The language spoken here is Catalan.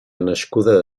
nascuda